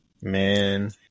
Man